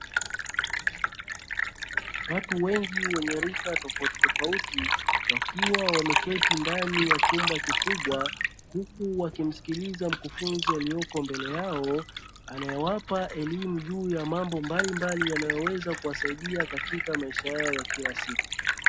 Watu wengi wenye rika tofautitofauti wakiwa wameketi ndani ya chumba kikubwa, huku wakimsikiliza mkufunzi aliyepo mbele yao anayewapa elimu juu ya mambo mbalimbali yanayoweza kuwasaidia katika maisha yao ya kila siku.